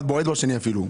אחד בועט בשני אפילו.